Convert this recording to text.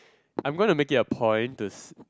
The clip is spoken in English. I'm gonna make it a point to